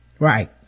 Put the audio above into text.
right